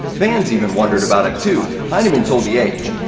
fans even wondered about it, too. hyneman told the age,